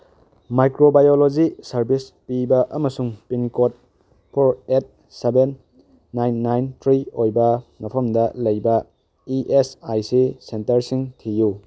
microbiology service ꯄꯤꯕ ꯑꯃꯁꯨꯡ pincode four eight seven nine nine three ꯑꯣꯏꯕ ꯃꯐꯝꯗ ꯂꯩꯕ ꯏ ꯑꯦꯁ ꯑꯥꯏ ꯁꯤ ꯁꯦꯟꯇꯔꯁꯤꯡ ꯊꯤꯌꯨ